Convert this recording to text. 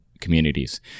communities